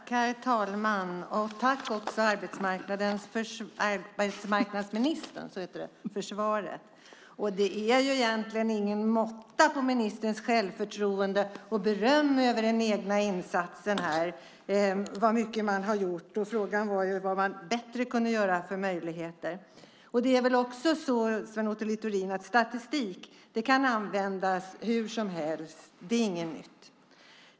Herr talman! Tack, arbetsmarknadsministern, för svaret. Det är egentligen ingen måtta på ministerns självförtroende och beröm över den egna insatsen här när det gäller hur mycket man har gjort. Frågan är vilka möjligheter man kunde göra bättre. Sven Otto Littorin! Statistik kan användas hur som helst - det är inget nytt.